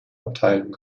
abteilung